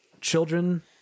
children